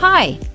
Hi